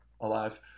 alive